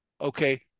okay